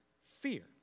Fear